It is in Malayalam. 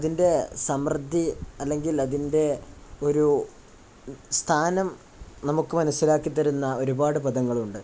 അതിൻ്റെ സമൃദ്ധി അല്ലെങ്കിൽ അതിൻ്റെ ഒരു സ്ഥാനം നമുക്കു മനസ്സിലാക്കി തരുന്ന ഒരുപാടു പദങ്ങളുണ്ട്